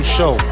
Show